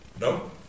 No